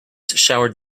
showered